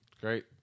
Great